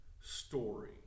story